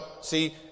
See